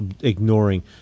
ignoring